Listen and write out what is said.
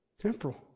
Temporal